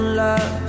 love